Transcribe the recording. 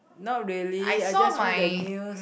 not really I just read the news